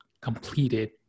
completed